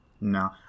no